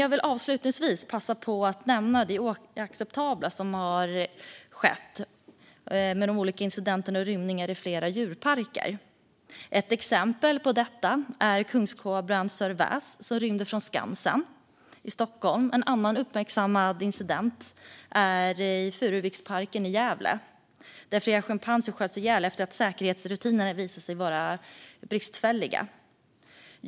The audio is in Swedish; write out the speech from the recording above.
Jag vill dock avslutningsvis passa på att nämna det oacceptabla som har skett med de olika incidenterna och rymningarna i flera djurparker. Ett exempel på detta är kungskobran Sir Väs som rymde från Skansen i Stockholm. En annan uppmärksammad incident skedde i Furuviksparken i Gävle, där flera schimpanser sköts ihjäl efter att säkerhetsrutinerna visat sig vara bristfälliga.